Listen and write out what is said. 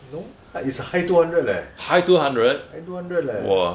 no lah it's a high two hundred leh high two hundred leh